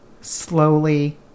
slowly